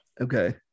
Okay